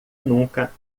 nunca